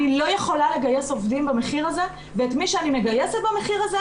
אני לא יכולה לגייס עובדים במחיר הזה ואת מי שאני מגייסת במחיר הזה,